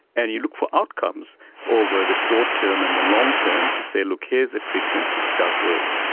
and you look for outcomes over the short term and the long term to say, look, here's a treatment which does work.